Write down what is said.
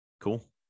Cool